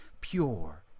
pure